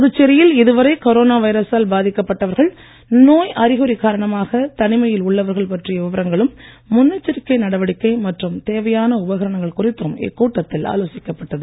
புதுச்சேரியில் இதுவரை கொரோனா வைரசால் பாதிக்கப்பட்டவர்கள் நோய் அறிகுறி காரணமாக தனிமையில் உள்ளவர்கள் பற்றிய விவரங்களும் முன்னெச்சரிக்கை நடவடிக்கை மற்றும் தேவையான உபகரணங்கள் குறித்தும் இக்கூட்டத்தில் ஆலோசிக்கப்பட்டது